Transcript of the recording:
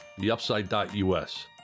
theupside.us